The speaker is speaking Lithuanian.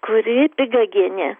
kuri pigagienė